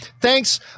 Thanks